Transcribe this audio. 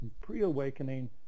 Pre-awakening